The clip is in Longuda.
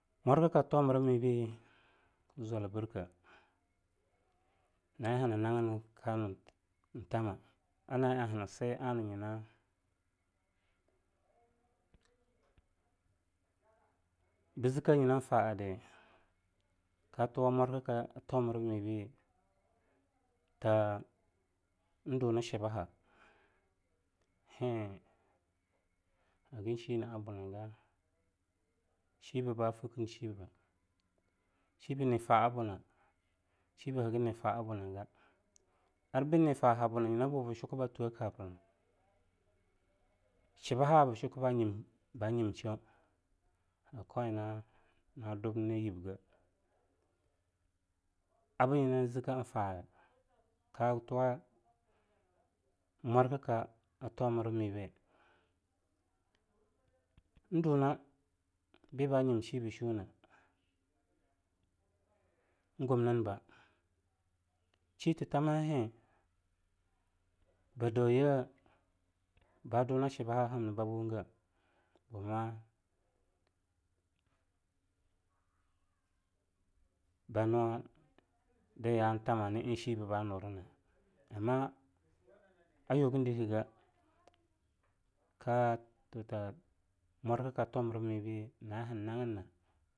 mwarkka tomramibei kzuwala brkei na'eing hangan kanuntama ana'eing hangi anah nyina bzkei nyinan fa'ada katuwa mwarkka tomramibei ta ndunshibaha heng haganshina'abuga chibei ba fknshina'abuga chibei ba fknshibei chibei nfa'abunga arbinyi fa; abuna nyinabo bchukba twei a kabrina chinaha bchukba nyimshuang haga kaunya nadubna yibgeia abnyinan zkeing fa'ada katuwa mwarkka tomramibei nduna bibanyim shibshaunne ngumninba shittamhaheng bdauyea badunashibahahamna babwungeia buma banyuwayantama na'eing shibei banyurna ama ayugan dikgeia ar katota mwakka tomramibei na'eing hannagnna gnanagn'eing ayala mryibeinzbei knuwan tamanga.